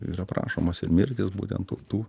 ir aprašomos ir mirtys būtent tų tų